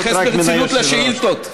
אני מתייחס ברצינות לשאילתות.